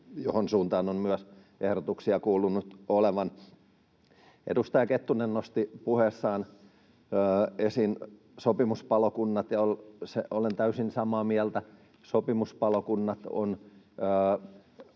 mihin suuntaan on myös ehdotuksia kuulunut olevan. Edustaja Kettunen nosti puheessaan esiin sopimuspalokunnat, ja olen täysin samaa mieltä. Sopimuspalokunnat ovat